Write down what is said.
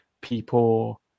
people